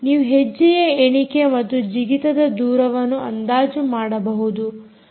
ನೀವು ಹೆಜ್ಜೆಯ ಎಣಿಕೆ ಮತ್ತು ಜಿಗಿತದ ದೂರವನ್ನು ಅಂದಾಜು ಮಾಡಬಹುದು